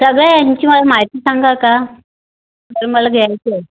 सगळ्या यांची मला माहिती सांगाल का ते मला घ्यायचं आहे